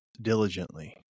diligently